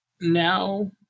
now